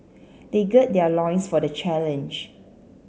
they gird their loins for the challenge